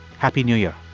happy new year